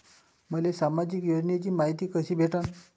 मले सामाजिक योजनेची मायती कशी भेटन?